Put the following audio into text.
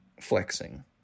flexing